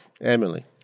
Emily